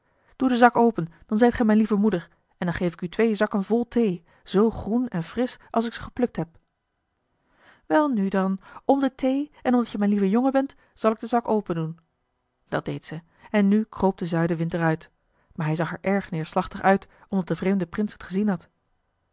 doe den zak open dan zijt ge mijn lieve moeder en dan geef ik u twee zakken vol thee zoo groen en frisch als ik ze geplukt heb welnu dan om de thee en omdat je mijn lieve jongen bent zal ik den zak opendoen dat deed zij en nu kroop de zuidenwind er uit maar hij zag er erg neerslachtig uit omdat de vreemde prins het gezien had